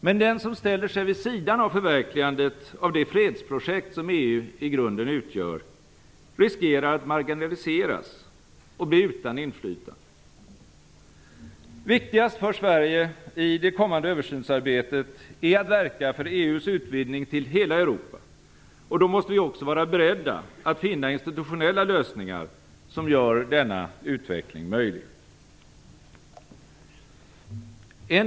Men den som ställer sig vid sidan av förverkligandet av det fredsprojekt som EU i grunden utgör riskerar att marginaliseras och bli utan inflytande. Viktigast för Sverige i det kommande översynsarbetet är att verka för EU:s utvidgning till hela Europa, och då måste vi också vara beredda att finna institutionella lösningar som gör denna utveckling möjlig.